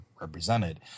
represented